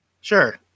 Sure